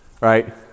Right